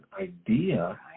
idea